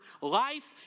Life